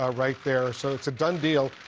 ah right there. so it's a done deal,